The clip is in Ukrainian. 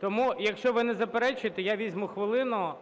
тому, якщо ви не заперечуєте, я візьму хвилину